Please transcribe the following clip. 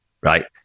right